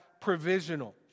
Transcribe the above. provisional